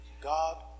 God